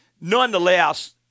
nonetheless